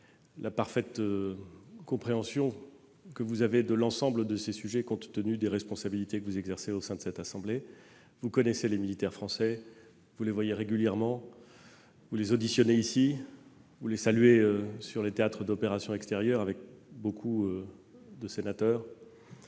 la parfaite compréhension que vous avez de l'ensemble de ces sujets, compte tenu des responsabilités que vous exercez au sein de la Haute Assemblée. Vous connaissez les militaires français, vous les voyez régulièrement, vous les auditionnez ici, vous les saluez, avec de nombreux sénateurs, sur les théâtres d'opérations